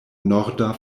norda